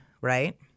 Right